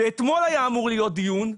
אתמול היה אמור להיות דיון,